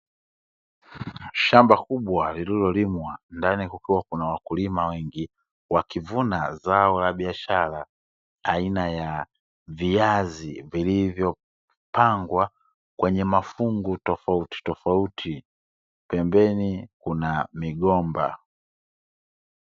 Shamba kubwa lilolimwa ndani kukiwa na wafanyakazi wengine wakilima viazi